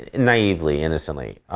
naively, innocently.